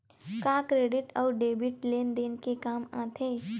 का क्रेडिट अउ डेबिट लेन देन के काम आथे?